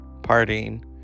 partying